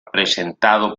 presentado